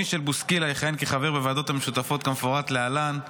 מישל בוסקילה יכהן כחבר בוועדות המשותפות כמפורט להלן: